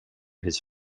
his